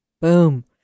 boom